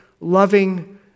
loving